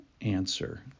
answer